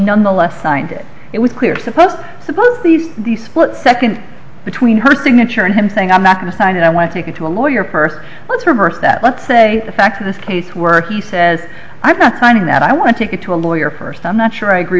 nonetheless signed it it was clear suppose suppose these the split second between her signature and him saying i'm not going to sign it i want to take it to a lawyer perth let's reverse that let's say the facts of this case where he says i'm not running that i want to take you to a lawyer person i'm not sure i agree